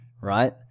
right